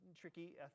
tricky